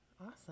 awesome